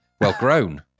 well-grown